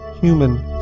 Human